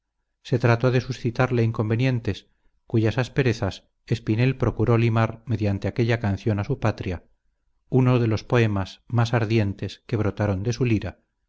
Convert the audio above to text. se trató de suscitarle inconvenientes cuyas asperezas espinel procuró limar mediante aquella cancion a su patria unos de los poemas más ardientes que brotaron de su lira